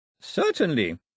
Certainly